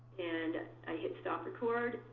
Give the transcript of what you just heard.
and i hit stop record.